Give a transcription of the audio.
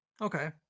Okay